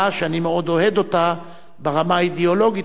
שאני מאוד אוהד אותה ברמה האידיאולוגית,